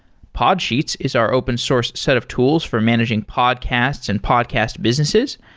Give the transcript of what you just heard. podsheets is our open source set of tools for managing podcasts and podcast businesses.